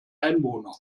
einwohner